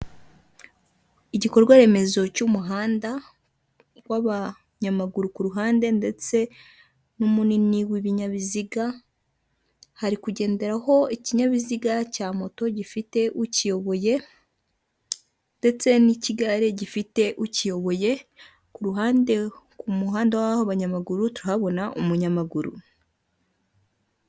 Onurayini shopingi puratifomu ni ahantu ushobora kuba wakoresha ugura ibicuruzwa bigiye bitandukanye, ni apurikasiyo ushyira muri telefone yawe cyangwa muri mudasobwa yawe ukajya uhaha wibereye mu rugo.